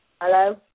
Hello